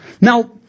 Now